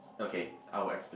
okay I will explain